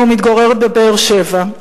ומתגוררת בבאר-שבע.